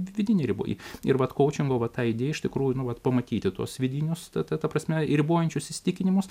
vidiniai ribai ir vat kaučingo va ta idėja iš tikrųjų nuolat pamatyti tuos vidinius ta ta ta prasme ribojančius įsitikinimus